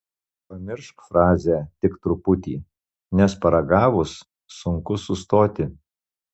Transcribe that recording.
pamiršk frazę tik truputį nes paragavus sunku sustoti